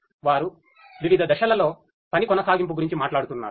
వారు వివిధ దశలలో పని కొనసాగింపు గురించి మాట్లాడుతున్నారు